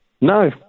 No